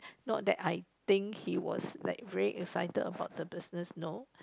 not that I think he was like very excited about the business no